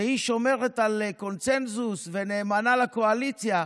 שהיא שומרת על קונסנזוס ונאמנה לקואליציה,